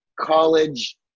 college